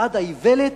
במצעד האיוולת,